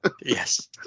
Yes